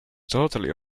totally